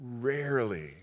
rarely